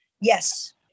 Yes